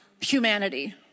humanity